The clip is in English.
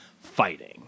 fighting